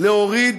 להוריד